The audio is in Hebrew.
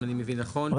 אם אני מבין נכון,